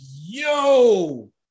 yo